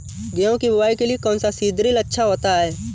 गेहूँ की बुवाई के लिए कौन सा सीद्रिल अच्छा होता है?